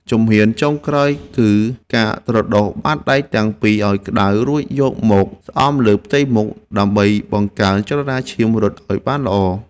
ជំហានចុងក្រោយគឺការត្រដុសបាតដៃទាំងពីរឱ្យក្ដៅ រួចយកមកស្អំលើផ្ទៃមុខ ដើម្បីបង្កើនចរន្តឈាមរត់ឱ្យបានល្អ។